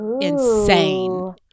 insane